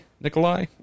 Nikolai